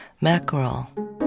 mackerel